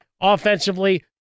Offensively